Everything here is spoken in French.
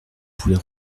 poulet